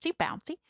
bouncy